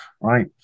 right